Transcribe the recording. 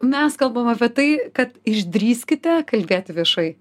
mes kalbam apie tai kad išdrįskite kalbėti viešai